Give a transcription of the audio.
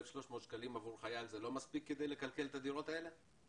1,300 שקלים עבור חייל לא מספיק כדי לכלכל את הדירות האלה?